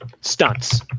Stunts